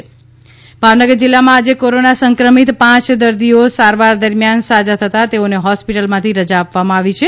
Bhavnagar corona Bhavnagar જિલ્લામાં આજે corona સંક્રમિત પાંચ દર્દીઓ સારવાર દરમિયાન સાજા થતા તેઓને હોસ્પિટલમાંથી રજા આપવામાં આવી છે